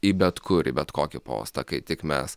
į bet kur į bet kokį postą kai tik mes